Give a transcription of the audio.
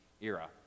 era